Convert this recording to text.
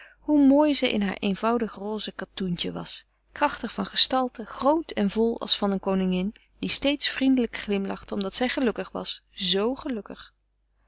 hoe mooi ze in haar eenvoudig roze katoentje was krachtig van gestalte groot en vol als van eene koningin die steeds vriendelijk glimlachte omdat zij gelukkig was zoo gelukkig